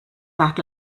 that